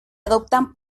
adoptan